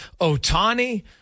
Otani